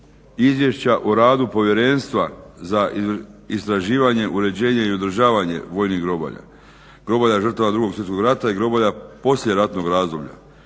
izvješća o radu Povjerenstva za istraživanje, uređenje i održavanje vojnih groblja, groblja žrtava 2. svjetskog rata i groblja poslijeratnog razdoblja